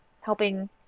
helping